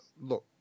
look